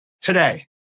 today